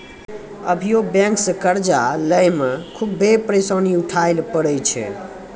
अभियो बेंक से कर्जा लेय मे खुभे परेसानी उठाय ले परै छै